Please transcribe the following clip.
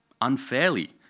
unfairly